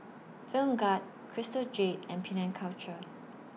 Film Gad Crystal Jade and Penang Culture